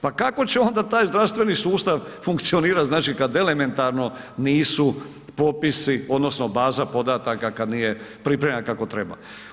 Pa kako će onda taj zdravstveni sustav funkcionirati znači kad elementarno nisu popisi, odnosno baze podataka kad nije pripremljena kako treba.